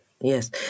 Yes